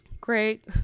great